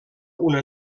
una